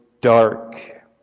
dark